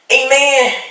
amen